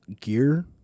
gear